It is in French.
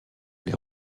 les